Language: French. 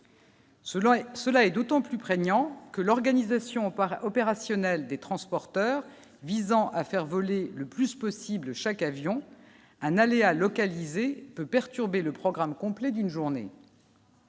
cela est d'autant plus prégnant que l'organisation par opérationnel des transporteurs visant à faire voler le plus possible, chaque avion un aléa localisés peuvent perturber le programme complet d'une journée.